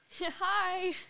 Hi